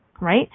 right